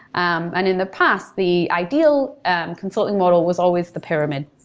um and in the past, the ideal and consulting model was always the pyramid.